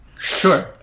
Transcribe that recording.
Sure